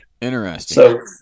Interesting